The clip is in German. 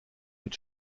mit